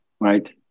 right